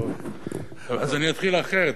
אז אני אתחיל אחרת,